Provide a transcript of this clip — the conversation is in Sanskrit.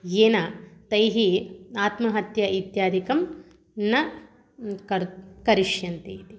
येन तैः आत्महत्या इत्यादिकं न कर् करिष्यन्ति